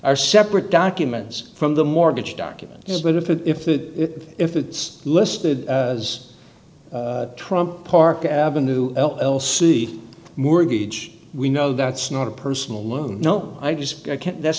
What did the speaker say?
our separate documents from the mortgage documents but if it if the if it's listed as trump park avenue l c mortgage we know that's not a personal loan no i just can't that's